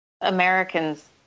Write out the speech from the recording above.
Americans